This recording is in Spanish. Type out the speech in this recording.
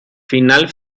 final